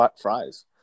fries